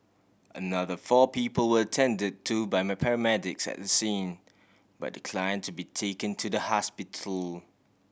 another four people were attended to by paramedics at the scene but decline to be taken to the hospital